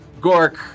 Gork